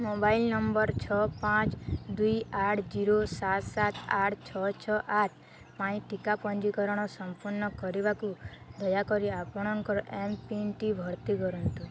mobile ନମ୍ବର ଛଅ ପାଞ୍ଚ ଦୁଇ ଆଠ ଜିରୋ ସାତ ସାତ ଆଠ ଛଅ ଛଅ ଆଠ ପାଇଁ ଟିକା ପଞ୍ଜୀକରଣ ସଂପୂର୍ଣ୍ଣ କରିବାକୁ ଦୟାକରି ଆପଣଙ୍କର ଏମ୍ପିନ୍ଟି ଭର୍ତ୍ତି କରନ୍ତୁ